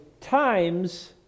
times